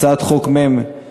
הצעות חוק מ/702.